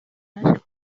yaje